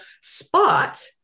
spot